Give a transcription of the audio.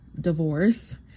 divorce